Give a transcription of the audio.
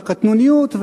והקטנוניות,